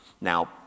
Now